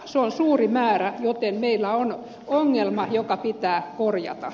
se on suuri määrä joten meillä on ongelma joka pitää korjata